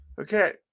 Okay